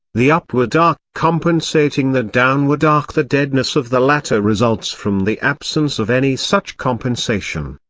the upward arc compensating the downward arc the deadness of the latter results from the absence of any such compensation.